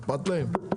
אכפת להם?